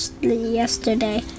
yesterday